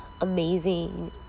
amazing